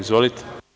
Izvolite.